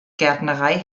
gärtnerei